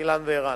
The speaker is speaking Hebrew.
אילן וערן.